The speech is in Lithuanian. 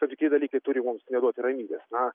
tam tikri dalykai turi mums neduoti ramybės na